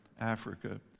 Africa